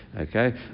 Okay